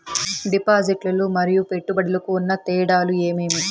డిపాజిట్లు లు మరియు పెట్టుబడులకు ఉన్న తేడాలు ఏమేమీ?